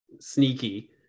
sneaky